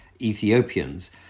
Ethiopians